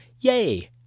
yay